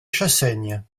chassaigne